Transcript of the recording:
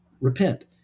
repent